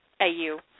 AU